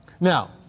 Now